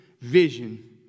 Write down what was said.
vision